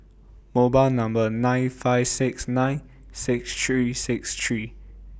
mobile Number nine five six nine six three six three